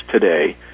today